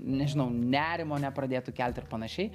nežinau nerimo nepradėtų kelti ir panašiai